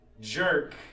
jerk